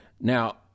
Now